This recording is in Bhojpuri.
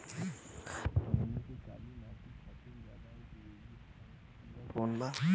हमनी के काली माटी खातिर ज्यादा उपयोगी धान के बिया कवन बा?